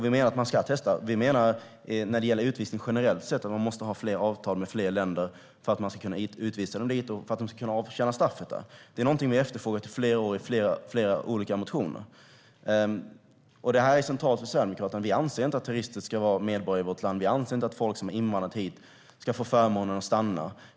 Vi menar att man ska testa, och vi menar när det gäller utvisning generellt sett att man måste ha fler avtal med fler länder för att kunna utvisa människor dit och låta dem avtjäna straffet där. Det är något vi har efterfrågat i flera år och i flera olika motioner. Detta är centralt för Sverigedemokraterna. Vi anser inte att terrorister ska vara medborgare i vårt land, och vi anser inte att folk som har invandrat hit ska få förmånen att stanna.